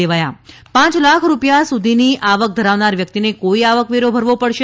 લેવાયા પાંચ લાખ રૂપિયા સુધીની આવક ધરાવનાર વ્યકિતને કોઇ આવક વેરો ભરવો પડશે